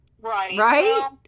Right